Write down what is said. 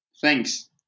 Thanks